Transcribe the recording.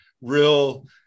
real